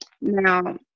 Now